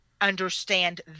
understand